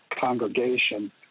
congregation